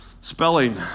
spelling